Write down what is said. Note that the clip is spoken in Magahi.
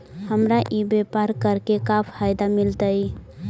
हमरा ई व्यापार करके का फायदा मिलतइ?